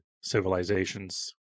civilizations